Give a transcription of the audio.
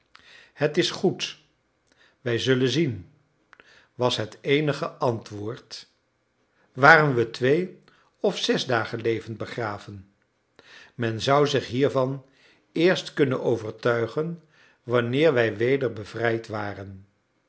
het is goed wij zullen zien was het eenige antwoord waren we twee of zes dagen levend begraven men zou zich hiervan eerst kunnen overtuigen wanneer wij weder bevrijd waren